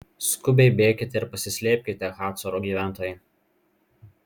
skubiai bėkite ir pasislėpkite hacoro gyventojai